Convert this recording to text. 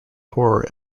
horror